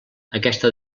aquesta